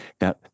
Now